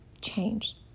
change